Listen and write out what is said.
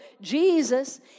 Jesus